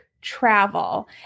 travel